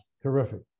Terrific